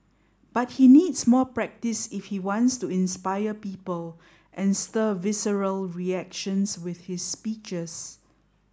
but he needs more practise if he wants to inspire people and stir visceral reactions with his speeches